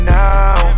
now